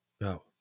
No